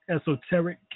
esoteric